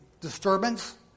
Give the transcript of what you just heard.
disturbance